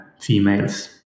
females